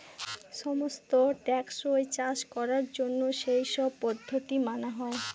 সমস্ত টেকসই চাষ করার জন্য সেই সব পদ্ধতি মানা হয়